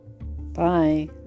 Bye